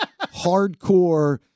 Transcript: hardcore